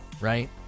right